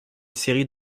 série